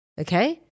Okay